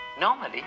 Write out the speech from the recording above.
Normally